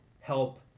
help